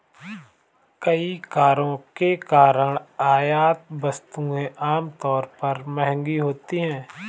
कई करों के कारण आयात वस्तुएं आमतौर पर महंगी होती हैं